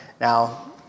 Now